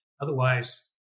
Otherwise